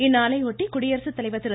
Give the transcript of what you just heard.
இந்நாளை ஒட்டி குடியரசுத்தலைவர் திரு